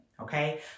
okay